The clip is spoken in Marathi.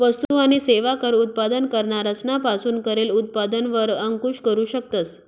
वस्तु आणि सेवा कर उत्पादन करणारा सना पासून करेल उत्पादन वर अंकूश करू शकतस